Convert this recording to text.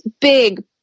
big